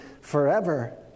forever